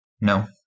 No